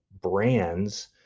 brands